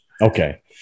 Okay